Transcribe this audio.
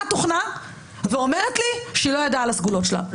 תוכנה ואומרת לי שהיא לא ידעה על הסגולות שלה.